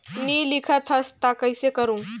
नी लिखत हस ता कइसे करू?